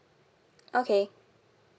okay